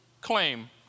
claim